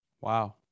Wow